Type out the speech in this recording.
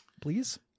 please